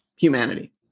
humanity